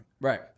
Right